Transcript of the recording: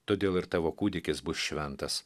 todėl ir tavo kūdikis bus šventas